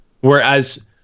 Whereas